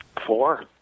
Four